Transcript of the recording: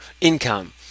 income